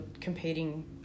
competing